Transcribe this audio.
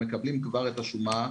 הם מקבלים כבר את השומה,